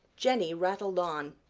jenny rattled on.